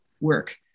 work